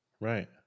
Right